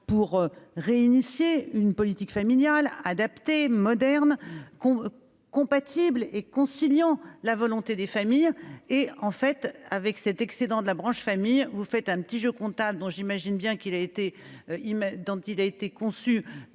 pour ré-initier une politique familiale adaptée moderne qu'on compatibles et conciliant la volonté des familles et en fait avec cet excédent de la branche famille, vous faites un petit jeu comptable dont j'imagine bien qu'il a été,